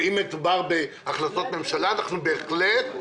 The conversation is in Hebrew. אנחנו עושים עכשיו פעולות למשל להכיר בתעודות הוראה